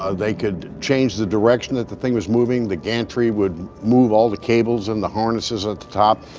ah they could change the direction that the thing was moving, the gantry would move all the cables and the harnesses at the top.